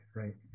right